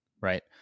right